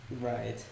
Right